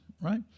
right